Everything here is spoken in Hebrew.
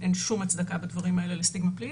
אין שום הצדקה בדברים האלה לסטיגמה פלילית.